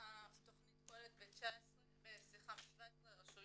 התכנית פועלת ב-17 רשויות.